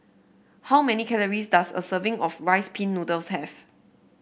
how many calories does a serving of Rice Pin Noodles have